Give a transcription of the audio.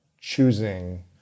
choosing